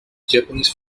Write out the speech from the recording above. japanese